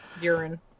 Urine